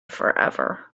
forever